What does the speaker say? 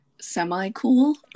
semi-cool